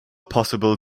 possible